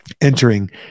entering